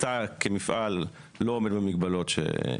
לעבור את הספים,